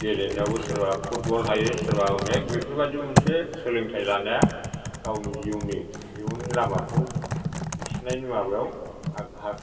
गेलेनायावबो सोरबा फुटबल हायो सोरबा अनेग बेफोरबायदि मोनसे सोलोंथाइ लानाया गावनि जिउनि इयुननि लामाखौ होसोनायनि माबायाव आग भाग